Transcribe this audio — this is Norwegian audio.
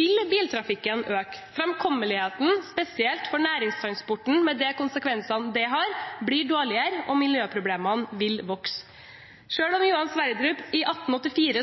vil biltrafikken øke. Framkommeligheten, spesielt for næringstransporten med de konsekvensene det har, blir dårligere, og miljøproblemene vil vokse. Selv om Johan Sverdrup